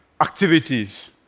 activities